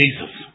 Jesus